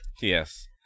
Yes